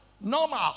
normal